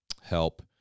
help